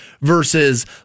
versus